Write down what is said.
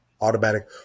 Automatic